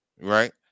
Right